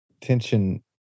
tension